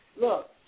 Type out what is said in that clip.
look